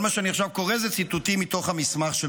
כל מה שאני קורא עכשיו הם ציטוטים מתוך המסמך של